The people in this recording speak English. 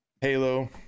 Halo